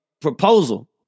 proposal